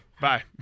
Bye